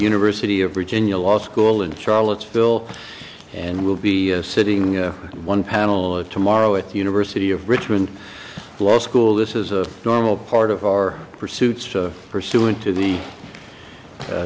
university of virginia law school in charlottesville and will be sitting in one panel of tomorrow at the university of richmond law school this is a normal part of our pursuits pursuant to the